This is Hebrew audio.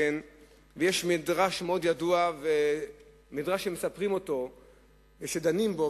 יש מדרש מאוד ידוע שמספרים אותו ודנים בו,